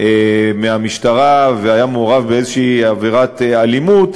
מהמשטרה והיה מעורב באיזושהי עבירות אלימות.